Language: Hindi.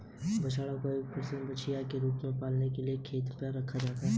बछड़ा को एक प्रतिस्थापन बछिया के रूप में पालने के लिए खेत पर रखा जाता है